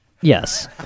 Yes